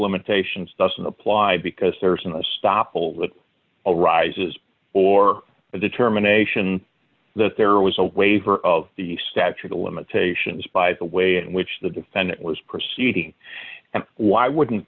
limitations doesn't apply because there isn't a stop hold that arises or a determination that there was a waiver of the statute of limitations by the way in which the defendant was proceeding and why wouldn't